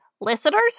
Listeners